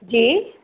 जी